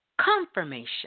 Confirmation